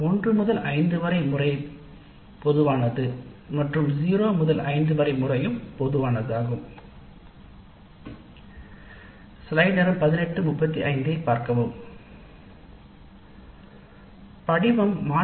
1 முதல் 5 வரை அல்லது 0 முதல் 5 வரை ஆன அளவுகோல்கள் பொதுவாக உபயோகப்படுத்தப்படுகின்றன